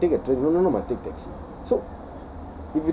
we can take a train no no no must take taxi so